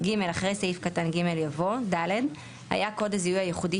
אחרי סעיף קטן (ג) יבוא" "(ד) היה קוד הזיהוי הייחודי